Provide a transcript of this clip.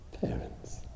Parents